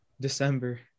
December